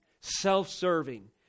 self-serving